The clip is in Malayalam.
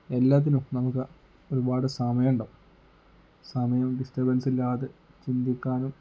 എല്ലാറ്റിനും നമുക്ക് ഒരുപാട് സമയമുണ്ടാകും സമയം ഡിസ്റ്റർബൻസ് ഇല്ലാതെ ചിന്തിക്കാനും